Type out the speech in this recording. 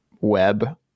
web